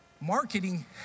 marketing